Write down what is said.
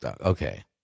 Okay